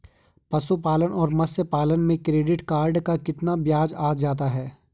पशुपालन और मत्स्य पालन के क्रेडिट कार्ड पर कितना ब्याज आ जाता है?